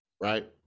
right